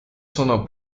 sono